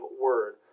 word